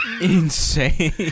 Insane